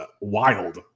wild